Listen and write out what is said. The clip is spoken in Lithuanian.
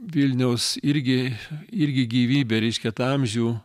vilniaus irgi irgi gyvybę reiškia tą amžių